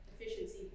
efficiency